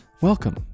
welcome